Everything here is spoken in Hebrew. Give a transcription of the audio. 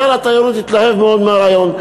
שר התיירות התלהב מאוד מהרעיון.